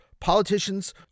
politicians